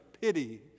pity